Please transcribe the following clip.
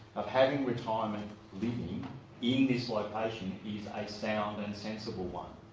of having retirement living in this location is a sound and sensible one.